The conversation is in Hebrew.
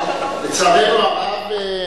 לצערנו הרב,